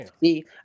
See